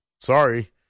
sorry